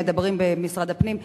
אם מדברים במשרד הפנים,